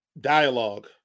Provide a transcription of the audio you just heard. dialogue